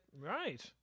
Right